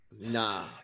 Nah